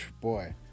Boy